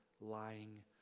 lying